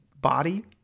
body